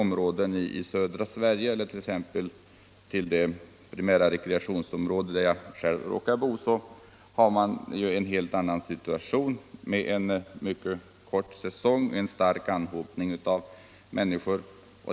Men i södra Sverige eller i det primära rekreationsområde där jag själv bor har man en helt annan situation. Man har en kort turistsäsong med en stark anhopning av människor.